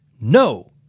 No